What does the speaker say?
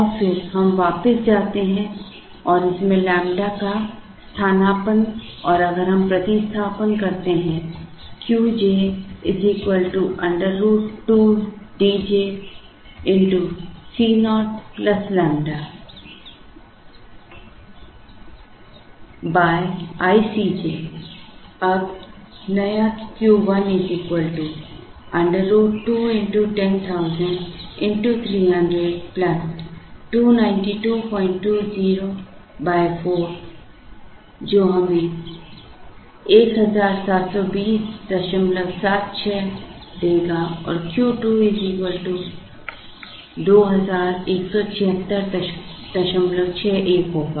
और फिर हम वापस जाते हैं और इस में इस लैम्ब्डा का स्थानापन्न और अगर हम इस प्रतिस्थापन करते हैं Q j √ 2 Dj Co ƛ i Cj अब नया Q 1 √ 2 x 10000 x 300 29220 4 होगा जो हमें 172076 देगा और Q 2 217661 होगा